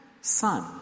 son